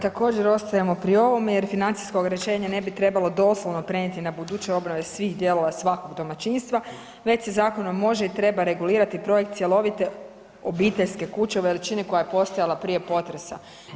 Također ostajemo pri ovome jer financijska rješenja ne bi trebalo doslovno prenijeti na … svih dijelova svakog domaćinstva već se zakonom može i treba regulirati projekt cjelovite obiteljske kuće veličine koja je postojala prije potresa.